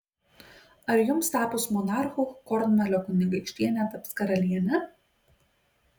ar jums tapus monarchu kornvalio kunigaikštienė taps karaliene